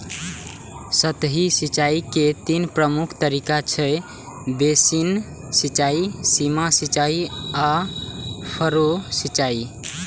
सतही सिंचाइ के तीन प्रमुख तरीका छै, बेसिन सिंचाइ, सीमा सिंचाइ आ फरो सिंचाइ